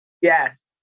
Yes